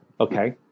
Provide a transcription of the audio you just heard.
Okay